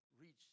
reach